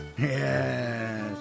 Yes